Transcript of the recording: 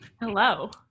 Hello